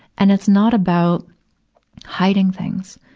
and it's not about hiding things.